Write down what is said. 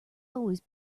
always